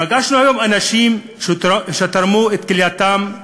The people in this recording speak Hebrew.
פגשנו היום אנשים שתרמו את כלייתם,